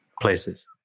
places